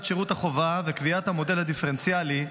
שירות החובה וקביעת המודל הדיפרנציאלי,